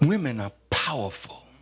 women up powerful